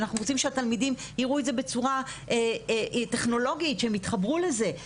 אנחנו רוצים שהתלמידים יראו את זה בצורה טכנולוגית שהם יתחברו לזה.